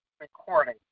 recording